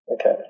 Okay